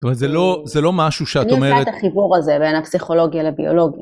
זאת אומרת, זה לא משהו שאת אומרת... אני עושה את החיבור הזה בין הפסיכולוגיה לביולוגיה.